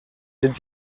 sind